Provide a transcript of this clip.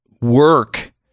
work